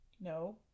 No